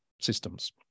systems